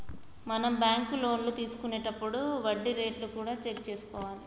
మనం బ్యాంకు లోన్లు తీసుకొనేతప్పుడు వడ్డీ రేట్లు కూడా చెక్ చేసుకోవాలి